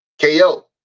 KO